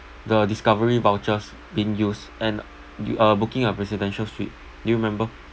the discovery vouchers being use and uh booking a presidential suite do you remember